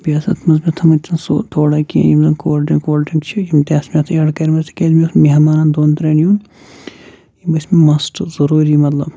بیٚیہِ اوس اتھ منٛز مےٚ تھوٚمُت سُہ تھوڑا کیٚنٛہہ یِم زَن کولڑ ڈرنٛک وول ڈرنٛک چھِ یِم تہِ آسہٕ مےٚ آرڈر کٔرمٕژ تکیازِ مےٚ اوس مہمان دۄن ترٛین یُن یِم ٲسۍ مےٚ مَسٹ ضروری مطلب